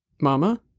Mama